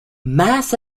mass